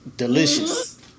Delicious